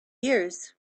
years